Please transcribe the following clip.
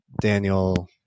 daniel